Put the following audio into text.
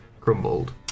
crumbled